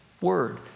word